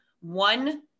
one